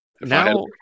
now